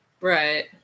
Right